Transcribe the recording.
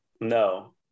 No